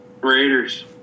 Raiders